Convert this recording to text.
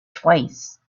twice